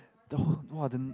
the who~ !wah! the